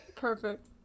Perfect